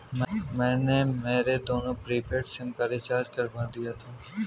मैंने मेरे दोनों प्रीपेड सिम का रिचार्ज करवा दिया था